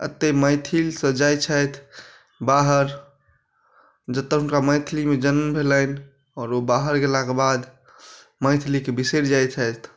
अते मैथिल सँ जाइ छथि बाहर जतए हुनका मैथिली मे जन्म भेलनि आओर ओ बाहर गेला के बाद मैथिलीके बिसरि जाइ छथि